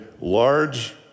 large